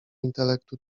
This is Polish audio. intelektu